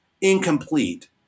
incomplete